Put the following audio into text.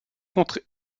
contre